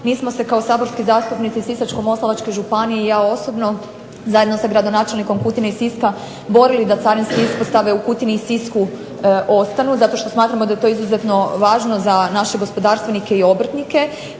Mi smo se kao saborski zastupnici Sisačko-moslavačke županije i ja osobno, zajedno sa gradonačelnikom Kutine i Siska, borili da carinske ispostave u Kutini i Sisku ostanu zato što smatramo da je to izuzetno važno za naše gospodarstvenike i obrtnike